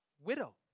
widow